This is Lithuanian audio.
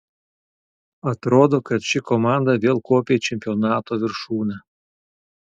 atrodo kad ši komanda vėl kopia į čempionato viršūnę